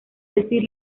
decir